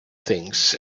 things